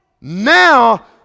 Now